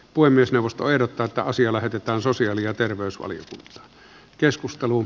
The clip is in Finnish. puhemiesneuvosto ehdottaa että asia lähetetään sosiaali ja terveysvaliokuntaan